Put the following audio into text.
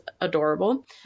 adorable